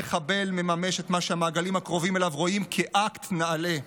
המחבל מממש את מה שהמעגלים הקרובים אליו רואים כאקט נעלה.